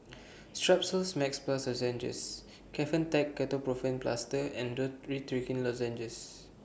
Strepsils Max Plus Lozenges Kefentech Ketoprofen Plaster and Dorithricin Lozenges